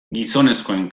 gizonezkoen